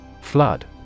Flood